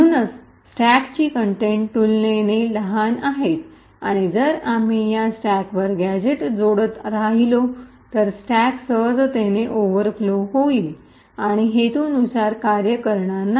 म्हणूनच स्टॅकची कंटेंट तुलनेने लहान आहे आणि जर आम्ही या स्टॅकवर गॅझेट्स जोडत राहिलो तर स्टॅक सहजतेने ओव्हरफ्लो होईल आणि हेतूनुसार कार्य करणार नाही